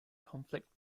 conflict